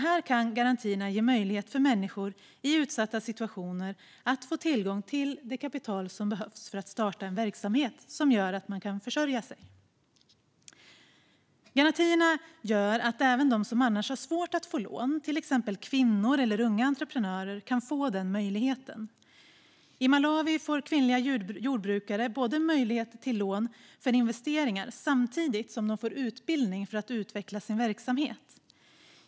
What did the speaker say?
Här kan garantierna ge möjlighet för människor i utsatta situationer att få tillgång till det kapital som behövs för att starta en verksamhet som gör att de kan försörja sig. Garantierna gör att även de som annars har svårt att få lån, till exempel kvinnor och unga entreprenörer, kan få den möjligheten. I Malawi får kvinnliga jordbrukare möjlighet till lån för investeringar samtidigt som de får utbildning för att utveckla sin verksamhet.